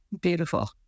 Beautiful